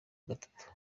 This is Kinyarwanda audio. nagatatu